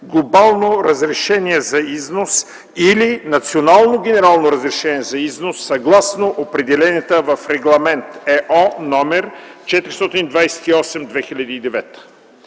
глобално разрешение за износ или национално генерално разрешение за износ съгласно определенията в Регламент (ЕО) № 428/2009.”